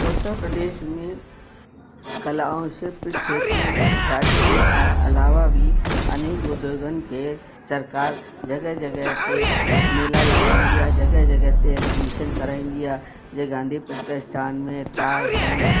उत्तर प्रदेश में कला ऐं शिल्प खेत्रु राज्य जे अलावा बि अनेक उद्योगनि खे सरकारि जॻह जॻह ते मेला लॻाईंदी आहे जॻह जॻह ते एग्जीबिशन कराईंदी आहे जीअं गांधी प्रतिष्ठान में ताज में